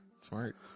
Smart